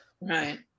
right